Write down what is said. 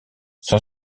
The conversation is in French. son